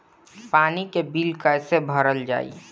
पानी के बिल कैसे भरल जाइ?